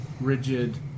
rigid